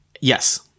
yes